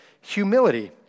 humility